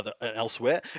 elsewhere